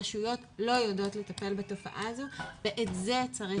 לא יודעות לטפל בתופעה הזו ואת זה צריך לפצח.